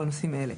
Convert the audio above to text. לנושאים אלה: